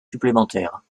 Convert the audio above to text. supplémentaires